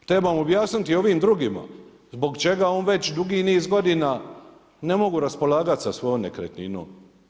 Trebamo objasniti ovim drugima zbog čega on već dugi niz godina ne mogu raspolagati sa svojom nekretninom.